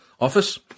office